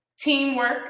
teamwork